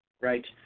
right